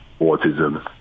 autism